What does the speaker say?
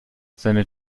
seine